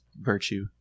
virtue